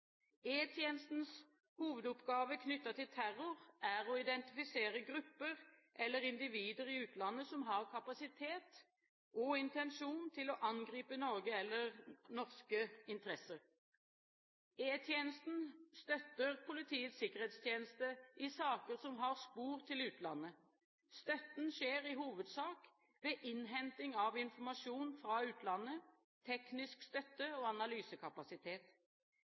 E-tjenestens hovedoppgave knyttet til terror er å identifisere grupper eller individer i utlandet som har kapasitet til og intensjon om å angripe Norge eller norske interesser. E-tjenesten støtter Politiets sikkerhetstjeneste i saker som har spor til utlandet. Støtten skjer i hovedsak ved innhenting av informasjon fra utlandet, teknisk støtte og analysekapasitet.